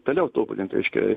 toliau tobulint reiškia